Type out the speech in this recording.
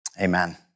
amen